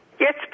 Yes